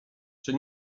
czy